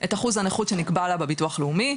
את אחוז הנכות שנקבעה לה בביטוח הלאומי,